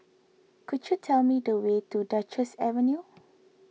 could you tell me the way to Duchess Avenue